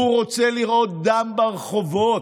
הוא רוצה לראות דם ברחובות.